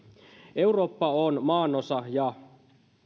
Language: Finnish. eurooppa on maanosa ja